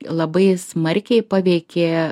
labai smarkiai paveikė